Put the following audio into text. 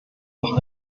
doch